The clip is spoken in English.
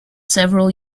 several